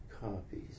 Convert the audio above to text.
copies